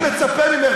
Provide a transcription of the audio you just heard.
הייתי מצפה ממך,